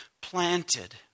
planted